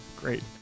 Great